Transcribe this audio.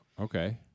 Okay